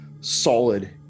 solid